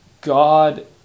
God